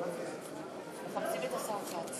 השר חיים